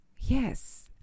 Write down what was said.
yes